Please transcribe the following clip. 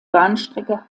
bahnstrecke